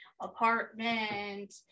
apartment